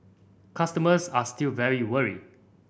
customers are still very worried